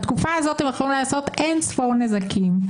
בתקופה הזו הם יכולים לעשות אין ספור נזקים,